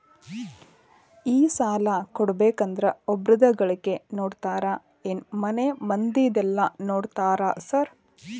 ಈ ಸಾಲ ಕೊಡ್ಬೇಕಂದ್ರೆ ಒಬ್ರದ ಗಳಿಕೆ ನೋಡ್ತೇರಾ ಏನ್ ಮನೆ ಮಂದಿದೆಲ್ಲ ನೋಡ್ತೇರಾ ಸಾರ್?